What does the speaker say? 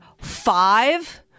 five